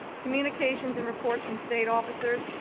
communications and reports from state officers.